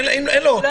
אז